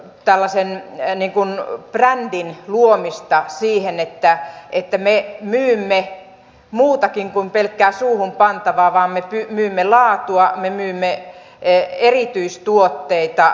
tällaisen väen nipun brändin tällainen brändi että me myymme muutakin kuin pelkkää suuhunpantavaa me myymme laatua me myymme erityistuotteita